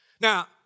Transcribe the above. Now